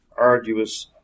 arduous